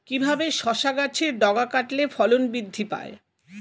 কিভাবে শসা গাছের ডগা কাটলে ফলন বৃদ্ধি পায়?